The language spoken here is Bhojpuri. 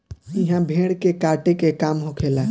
इहा भेड़ के काटे के काम होखेला